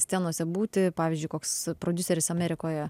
scenose būti pavyzdžiui koks prodiuseris amerikoje